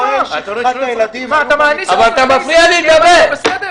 אתה מעניש את אזרחי ישראל כי הם לא בסדר?